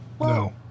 No